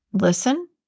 listen